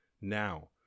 now